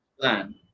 plan